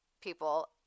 people